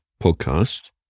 podcast